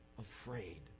afraid